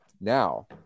Now